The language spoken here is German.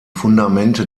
fundamente